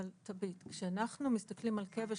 כשאנחנו מסתכלים על כבש,